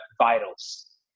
vitals